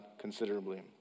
considerably